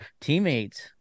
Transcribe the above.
teammates